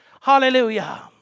Hallelujah